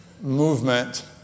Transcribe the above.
movement